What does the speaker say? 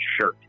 shirt